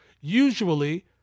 usually